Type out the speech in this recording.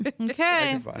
Okay